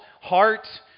heart